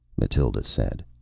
mathild said.